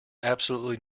absolutely